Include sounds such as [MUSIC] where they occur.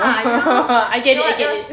[LAUGHS] I get it I get it